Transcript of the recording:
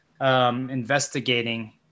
investigating